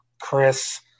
Chris